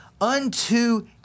unto